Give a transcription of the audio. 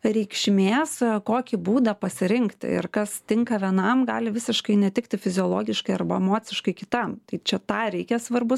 reikšmės kokį būdą pasirinkti ir kas tinka vienam gali visiškai netikti fiziologiškai arba emociškai kitam tai čia tą reikia svarbu